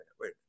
wait